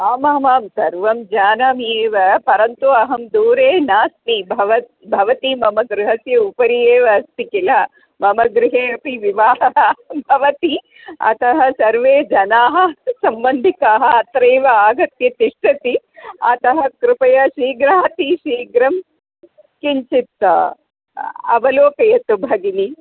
आमामां सर्वं जानामि एव परन्तु अहं दूरे नास्मि भव भवती मम गृहस्य उपरि एव अस्ति किल मम गृहे अपि विवाहः भवति अतः सर्वे जनाः सम्बन्धिकाः अत्रैव आगत्य तिष्ठति अतः कृपया शीघ्राति शीघ्रं किञ्चित् अवलोकयतु भगिनि